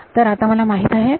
तर आता मला हे माहीत आहे